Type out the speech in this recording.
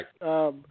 Right